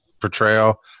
portrayal